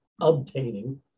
obtaining